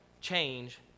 change